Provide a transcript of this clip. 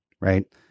right